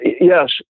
Yes